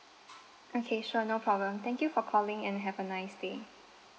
okay sure no problem thank you for calling and have a nice day